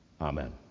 Amen